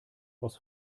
aus